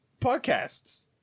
Podcasts